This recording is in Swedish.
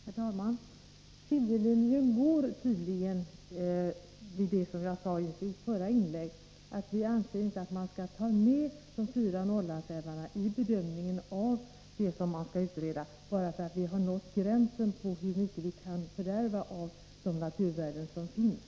Herr talman! Skillnaden i uppfattning är tydligen att vi inte anser att man skall ta med de fyra Norrlandsälvarna i bedömningen av vad som skall 13 utredas, som jag sade i mitt förra inlägg. Vi har nått gränsen för hur mycket vi kan fördärva av de naturvärden som finns.